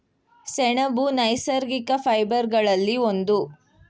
ಸೆಣಬು ನೈಸರ್ಗಿಕ ಫೈಬರ್ ಗಳಲ್ಲಿ ಒಂದು